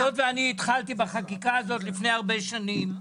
היות ואני התחלתי בחקיקה הזאת לפני הרבה שנים,